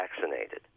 vaccinated